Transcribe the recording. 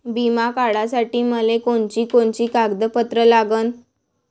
बिमा काढासाठी मले कोनची कोनची कागदपत्र लागन?